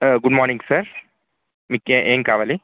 sir good morning sir మీకు ఏం కావాలి